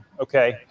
okay